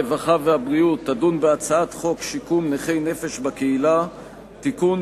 הרווחה והבריאות תדון בהצעת חוק שיקום נכי נפש בקהילה (תיקון,